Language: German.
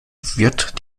wird